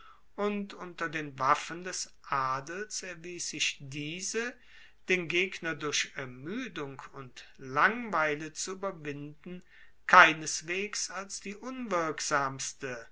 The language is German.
und unter den waffen des adels erwies sich diese den gegner durch ermuedung und langweile zu ueberwinden keineswegs als die unwirksamste